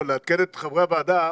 לעדכן את חברי הוועדה,